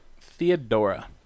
Theodora